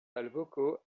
alvoko